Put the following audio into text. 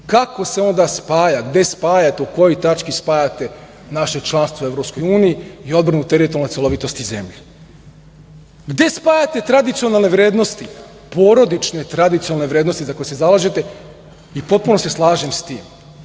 se onda spaja, gde spajate, u kojoj tački spajate naše članstvo u EU i odbranu teritorijalne celovitosti zemlje? Gde spajate tradicionalne vrednosti, porodične tradicionalne vrednosti za koje se zalažete, i potpuno se slažem s tim,